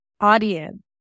audience